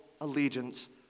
allegiance